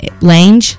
Lange